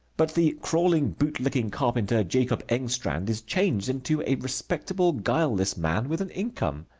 but the crawling, bootlicking carpenter, jacob engstrand, is changed into a respectable, guileless man with an income.